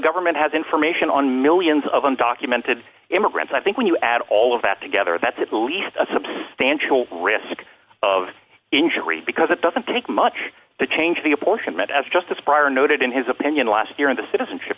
government has information on millions of undocumented immigrants i think when you add all of that together that's at least a substantial risk of injury because it doesn't take much to change the apportionment as justice prior noted in his opinion last year in the citizenship